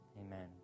amen